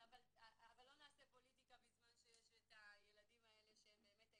אבל לא נעשה פוליטיקה בזמן שיש את הילדים האלה שהם באמת הילדים,